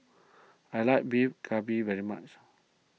I like Beef Galbi very much